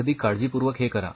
अगदी काळजीपूर्वक हे करा